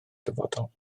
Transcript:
dyfodol